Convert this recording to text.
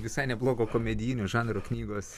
visai neblogo komedijinio žanro knygos